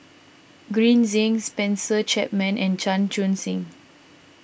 Green Zeng Spencer Chapman and Chan Chun Sing